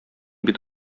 бит